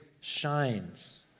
shines